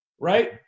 right